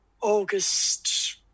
August